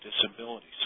disabilities